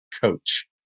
Coach